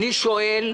אני שואל: